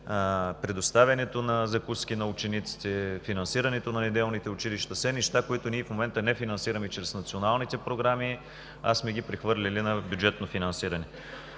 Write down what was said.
предоставянето на закуски на учениците, финансирането на неделните училища – все неща, които ние в момента не финансираме чрез националните програми, а сме ги прехвърлили на бюджетно финансиране.